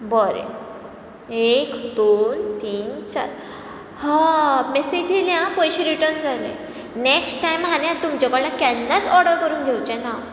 एक दोन तीन चार हा मेसेज येयली हा पयशे रिटन जालें नेक्स्ट टायम हांव तुमचे कडल्यान केन्नाच ऑर्डर करून घेवचें ना